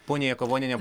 ponia jakavoniene